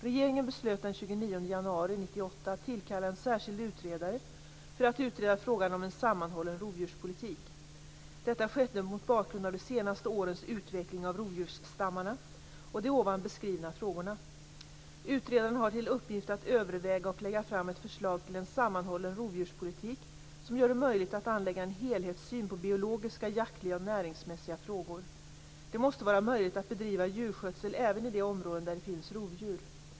Regeringen beslöt den 29 januari 1998 att tillkalla en särskild utredare för att utreda frågan om en sammanhållen rovdjurspolitik. Detta skedde mot bakgrund av de senaste årens utveckling av rovdjursstammarna och de ovan beskrivna frågorna. Utredaren har till uppgift att överväga och lägga fram ett förslag till en sammanhållen rovdjurspolitik som gör det möjligt att anlägga en helhetssyn på biologiska, jaktliga och näringsmässiga frågor. Det måste vara möjligt att bedriva djurskötsel även i de områden där det finns rovdjur.